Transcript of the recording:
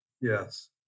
yes